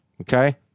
Okay